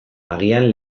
agian